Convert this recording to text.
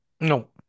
No